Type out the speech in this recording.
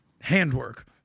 handwork